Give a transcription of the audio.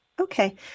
Okay